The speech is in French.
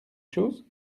choses